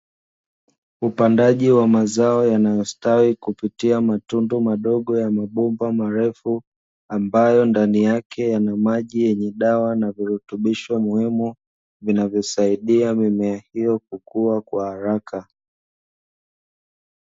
Upandaji wa mazao yanayostawi kupitia matundu madogo ya mabomba marefu, ambayo ndani yake yana maji yenye dawa na virutubisho muhimu vinavyo saidia mimea hiyo kukuwa kwa haraka.